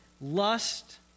lust